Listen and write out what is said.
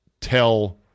tell